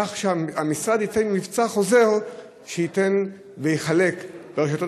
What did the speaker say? כך שהמשרד ייתן מבצע חוזר ויחלק ברשתות